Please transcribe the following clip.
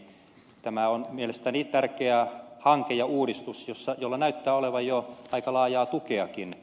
eli tämä on mielestäni tärkeä hanke ja uudistus jolla näyttää olevan jo aika laajaa tukeakin